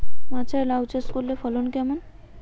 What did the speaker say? মাচায় লাউ চাষ করলে ফলন কেমন?